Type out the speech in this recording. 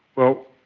well,